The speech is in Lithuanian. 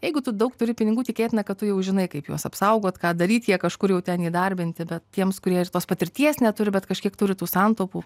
jeigu tu daug turi pinigų tikėtina kad tu jau žinai kaip juos apsaugot ką daryt jie kažkur jau ten įdarbinti bet tiems kurie ir tos patirties neturi bet kažkiek turi tų santaupų